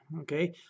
okay